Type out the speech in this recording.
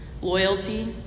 loyalty